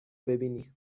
ببینی